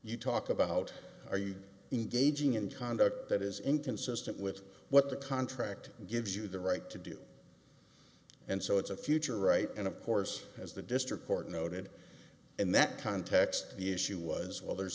you talk about are you engaging in conduct that is inconsistent with what the contract gives you the right to do and so it's a future right and of course as the district court noted in that context the issue was well there's